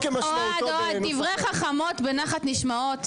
אוהד, דברי חכמות בנחת נשמעות.